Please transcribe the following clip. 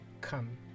come